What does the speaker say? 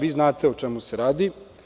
Vi znate o čemu se radi.